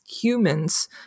humans